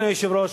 אדוני היושב-ראש,